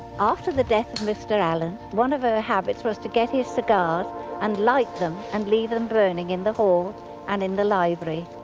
after the death of mr allen, one of her ah habits was to get his cigars and light them and leave them burning in the hall and in the library,